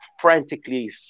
frantically